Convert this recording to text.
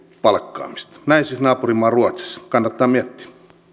palkkaamista näin siis naapurimaa ruotsissa kannattaa miettiä